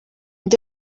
nde